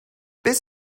bis